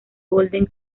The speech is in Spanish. golden